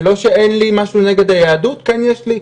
זה לא שאין לי משהו נגד היהדות או שכן יש לי,